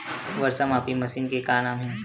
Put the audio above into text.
वर्षा मापी मशीन के का नाम हे?